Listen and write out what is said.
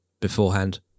beforehand